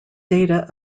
data